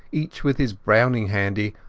each with his browning handy,